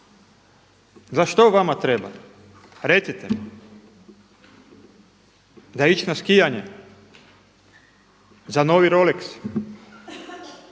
Za što vama treba? Recite! Za ići na skijanje? Za novi Rolex?